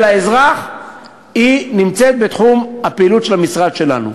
של האזרח נמצאת בתחום הפעילות של המשרד שלנו.